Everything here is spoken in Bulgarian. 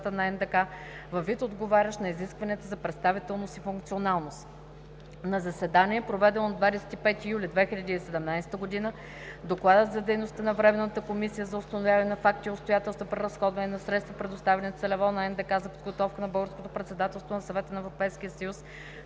сградата на НДК във вид, отговарящ на изискванията за представителност и функционалност. На заседание, проведено на 25 юли 2017 г., Докладът за дейността на Временната комисия за установяване на факти и обстоятелства при разходване на средства, предоставени целево на НДК за подготовка на Българското председателство на Съвета на Европейския съюз